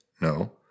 No